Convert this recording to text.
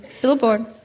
billboard